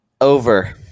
Over